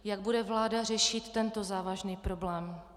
Jak bude vláda řešit tento závažný problém?